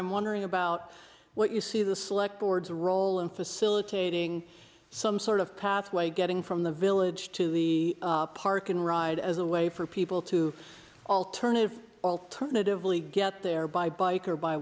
i'm wondering about what you see the slick boards role in facilitating some sort of pathway getting from the village to the park and ride as a way for people to alternative alternatively get there by bike or by